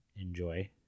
enjoy